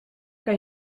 kan